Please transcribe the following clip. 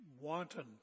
wanton